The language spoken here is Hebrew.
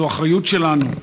שזו אחריות שלנו.